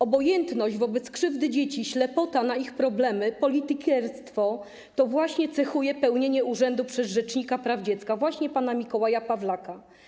Obojętność wobec krzywdy dzieci, ślepota na ich problemy, politykierstwo - to właśnie cechuje pełnienie urzędu rzecznika praw dziecka właśnie przez pana Mikołaja Pawlaka.